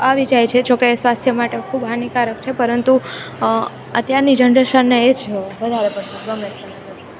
આવી જાય છે જોકે સ્વાસ્થ્ય માટે ખૂબ હાનિકારક છે પરંતુ અત્યારની જનરેશનને એ જ વધારે પડતું ગમે છે મતલબ